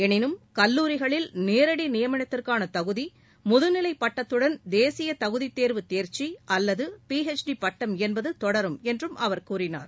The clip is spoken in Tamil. எனினும் கல்லூரிகளில் நேரடி நியமனத்திற்காள தகுதி முதுநிலைப் பட்டத்துடன் தேசியத் தகுதி தேர்வு தேர்ச்சி அல்லது பிஎச்டி பட்டம் என்பது தொடரும் என்றும் அவர் கூறினார்